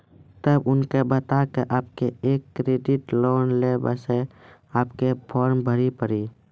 तब उनके बता के आपके के एक क्रेडिट लोन ले बसे आपके के फॉर्म भरी पड़ी?